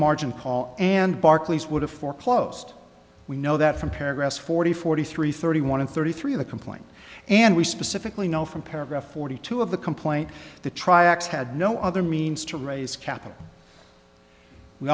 margin call and barclays would have foreclosed we know that from paragraph forty forty three thirty one and thirty three of the complaint and we specifically know from paragraph forty two of the complaint the triax had no other means to raise capital we